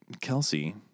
Kelsey